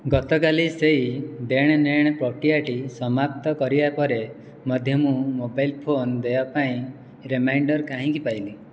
ଗତକାଲି ସେହି ଦେଣ ନେଣ ପ୍ରକ୍ରିୟାଟି ସମାପ୍ତ କରିବା ପରେ ମଧ୍ୟ ମୁଁ ମୋବାଇଲ ଫୋନ ଦେୟ ପାଇଁ ରିମାଇଣ୍ଡର୍ କାହିଁକି ପାଇଲି